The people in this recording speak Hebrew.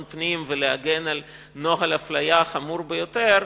פנים ולהגן על נוהל אפליה חמור ביותר,